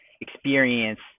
experience